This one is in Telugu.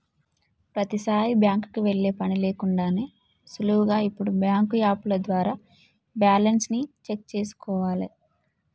ప్రతీసారీ బ్యాంకుకి వెళ్ళే పని లేకుండానే సులువుగా ఇప్పుడు బ్యాంకు యాపుల ద్వారా బ్యాలెన్స్ ని చెక్ చేసుకోవాలే